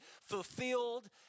fulfilled